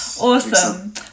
awesome